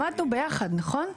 למדנו ביחד, נכון?